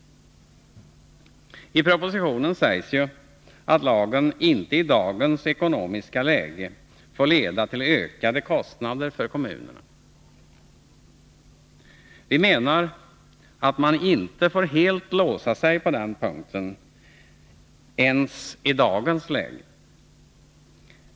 I propositionen sägs ju att lagen inte i dagens ekonomiska läge får leda till ökade kostnader för kommunerna. Vi menar att man inte får helt låsa sig på den punkten ens i dagens läge.